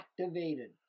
activated